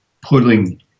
pulling